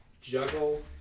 juggle